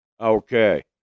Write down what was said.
Okay